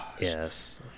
Yes